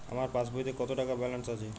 আমার পাসবইতে কত টাকা ব্যালান্স আছে?